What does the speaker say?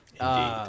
Indeed